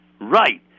Right